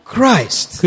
Christ